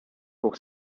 pour